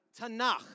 Tanakh